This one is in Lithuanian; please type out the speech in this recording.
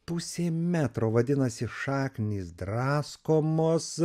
pusė metro vadinasi šaknys draskomos